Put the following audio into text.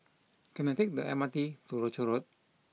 can I take the M R T to Rochor Road